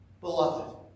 Beloved